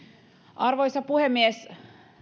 arvoisa puhemies